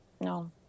no